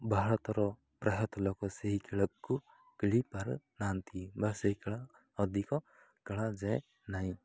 ଭାରତର ପ୍ରାୟତଃ ଲୋକ ସେହି ଖେଳକୁ ଖେଳି ପାରୁନାହାନ୍ତି ବା ସେହି ଖେଳ ଅଧିକ ଖେଳାଯାଏ ନାହିଁ